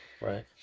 right